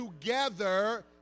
Together